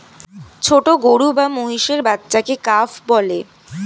ছোট গরু বা মহিষের বাচ্চাকে কাফ বলে